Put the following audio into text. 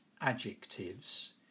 adjectives